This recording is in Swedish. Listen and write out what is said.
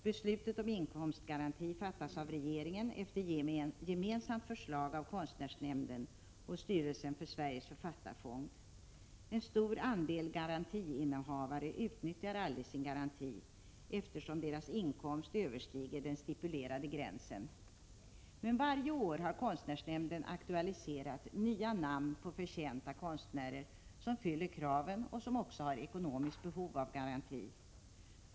Beslut om inkomstgaranti fattas av regeringen efter gemensamt förslag av konstnärsnämnden och styrelsen för Sveriges författarfond. En stor andel garantiinnehavare utnyttjar aldrig sin garanti, eftersom deras inkomst överstiger den stipulerade gränsen. Men varje år har konstnärsnämnden aktualiserat nya namn på förtjänta konstnärer som fyller kraven och som också har ekonomiskt behov av en garanti.